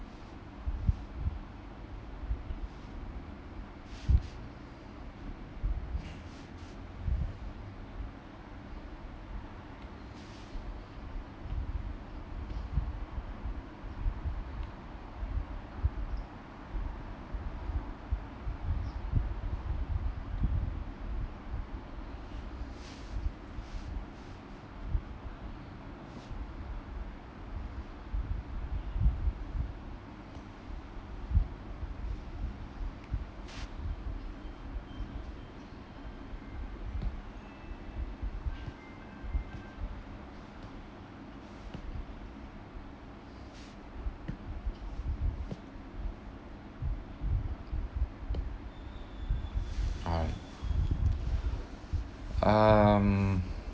um